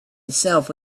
itself